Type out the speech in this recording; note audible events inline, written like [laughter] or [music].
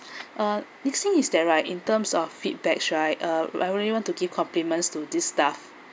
[breath] uh missing is there right in terms of feedback should I uh like I really want to give compliments to this staff [breath]